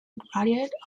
graduate